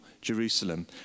Jerusalem